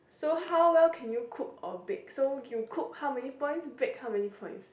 so how well can you cook or bake so you cook how many points bake how many points